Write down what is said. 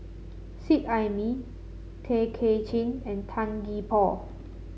Seet Ai Mee Tay Kay Chin and Tan Gee Paw